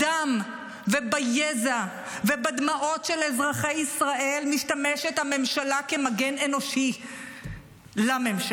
בדם וביזע ובדמעות של אזרחי ישראל משתמשת הממשלה כמגן אנושי לממשלה.